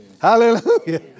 Hallelujah